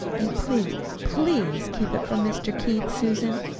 and please, please keep it from mr. keith, susan.